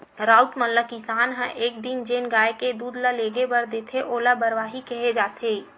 राउत मन ल किसान ह एक दिन जेन गाय के दूद ल लेगे बर देथे ओला बरवाही केहे जाथे